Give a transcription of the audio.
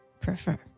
prefer